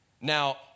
Now